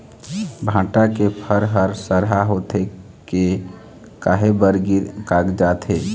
भांटा के फर हर सरहा होथे के काहे बर गिर कागजात हे?